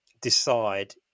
decide